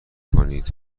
کنید